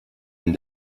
and